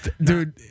Dude